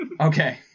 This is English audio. Okay